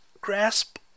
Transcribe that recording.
grasp